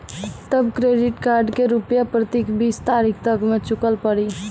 तब credit card के रूपिया प्रतीक बीस तारीख तक मे चुकल पड़ी?